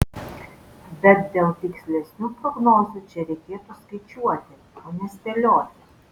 bet dėl tikslesnių prognozių čia reikėtų skaičiuoti o ne spėlioti